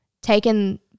taken